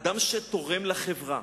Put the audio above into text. אדם שתורם לחברה,